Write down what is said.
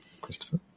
christopher